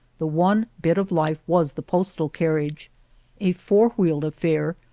the one bit of life was the postal-carriage, a four-wheeled affair,